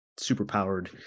superpowered